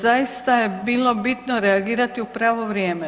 Zaista je bilo bitno reagirati u pravo vrijeme.